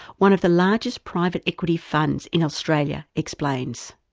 one of the largest private equity funds in australia, explains.